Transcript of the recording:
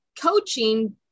coaching